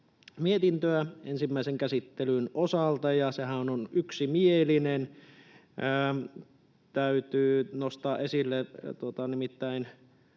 mietintöä ensimmäisen käsittelyn osalta, ja sehän on yksimielinen. Täytyy nostaa esille, nimittäin